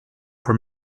for